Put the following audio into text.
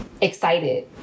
excited